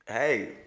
hey